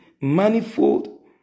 manifold